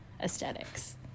aesthetics